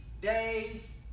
days